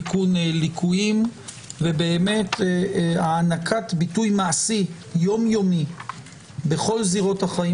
תיקון ליקויים והענקת ביטוי מעשי יומיומי בכל זירות החיים